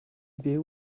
byw